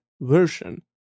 version